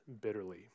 bitterly